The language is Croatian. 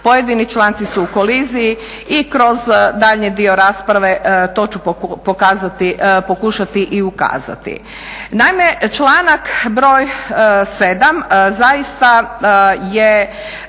pojedini članci su u koliziji i kroz daljnji dio rasprave to ću pokušati i ukazati.